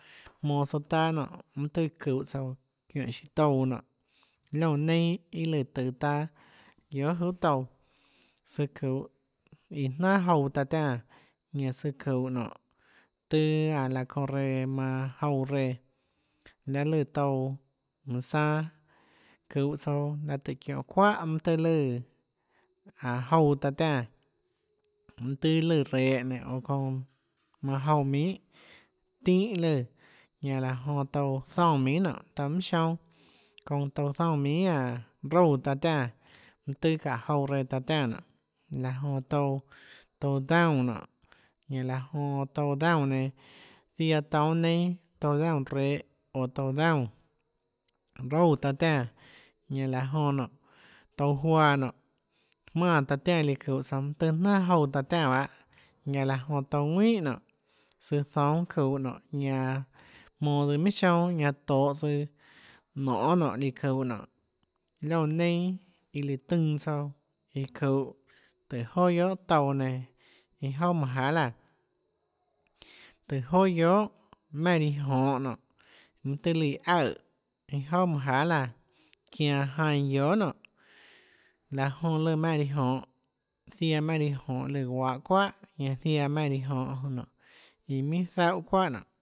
Jmonå tsouã taâ nonê mønâ tøhê çuhå tsouã çiónhå siã touã nonê liónã neinâ iâ lùã tøå taâ guiohà juhà touã søã çuhå iã nánhà jouã taã tiánã ñaã søã çuhå nonê tøâ laã çounã reã manã jouã reã lahê lùã touã manã sanâ çuhå tsouã laã táhå çiónhå çuáhà mønâ tøhê lùã áhå jouã taã tiánã mønâ tøhê lùã rehå nénå oå çounã manã jouã minhà tínhã lùã ñanã laã jonã touã zoúnã minhà nonê touã minhà sionâ çounã touã zoúnã minhà aå roúã taã tiánã mønâ tøhê çaã jouã reã taã tiánã nonê laã jonã touã touã daúnã nonê ñanã laã jonã touã daúnã nenã ziaã toúnâ neinâ touã daúnã rehå oå touã daúnã roúã taã tiánã ñanã laã jonã nonê touã juaã nonê jmánã taã tiánã mønâ tøhê líã çuhå tsouã mønâ tøhê jnánhà jouã taã tiánã bahâ ñanã laã jonã touã ðuínhà nonê tsøã zoúnâ çuhå nonê ñanã jmonå tsøã minhà sionâ ñanã tohå tsøã nonê nonê líã çuhå nonê liónã neinâ iâ lùã tønã tsouã çuhå tùhå joà guiohà touã nenã iâ jouà manâ jahà laã tùhå joà guiohà maùnâ riã jonhå nonê mønâ tøhê líã aøè iâ jouâ manâ jaà laã çianå jainã guiohà nonê laã jonã lùã maùnã riã jonhå ziaã maùnã riã jonhå lùã guahå çuáhà ñanã ziaã maùnã riã jonhå nonê iã minhà zaúhã çuáhà